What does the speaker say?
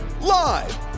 Live